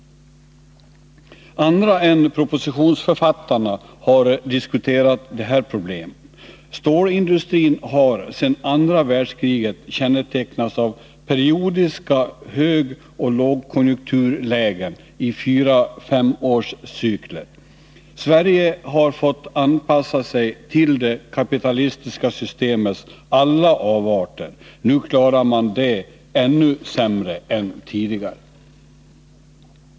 Andra än propositionsförfattarna har diskuterat de här problemen. Stålindustrin har alltsedan andra världskriget kännetecknats av periodiska högoch lågkonjunkturlägen i fyra-fem-årscykler. Sverige har fått anpassa sig till det kapitalistiska systemets alla avarter. Nu klarar vi det ännu sämre än tidigare.